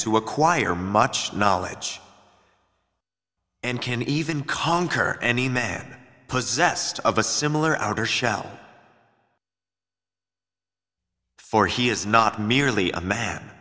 to acquire much knowledge and can even conquer any man possessed of a similar outer shell for he is not merely a man